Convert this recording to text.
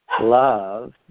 love